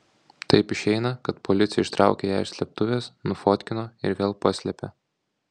taip išeina kad policija ištraukė ją iš slėptuvės nufotkino ir vėl paslėpė